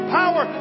power